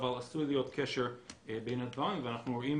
אבל עשוי להיות קשר בין הדברים ואנחנו רואים